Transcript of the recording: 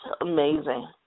amazing